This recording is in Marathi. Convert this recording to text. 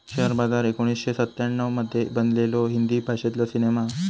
शेअर बाजार एकोणीसशे सत्त्याण्णव मध्ये बनलेलो हिंदी भाषेतलो सिनेमा हा